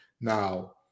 Now